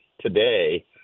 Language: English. today